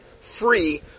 free